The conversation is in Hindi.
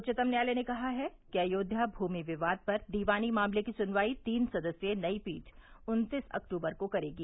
उच्चतम न्यायालय ने कहा है कि अयोध्या भूमि विवाद पर दीवानी मामले की सुनवाई तीन सदस्यीय नई पीठ उत्तीस अक्टूबर को करेगी